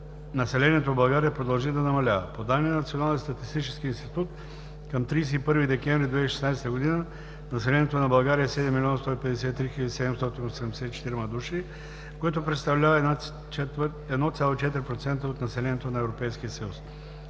населението в България продължи да намалява. По данни на Националния статистически институт към 31 декември 2016 г. населението на България е 7 153 784 души, което представлява 1,4% от населението на Европейския съюз.